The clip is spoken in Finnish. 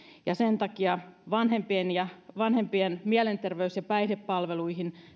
ja sen takia vanhempien sujuva hoitoon pääsy mielenterveys ja päihdepalveluihin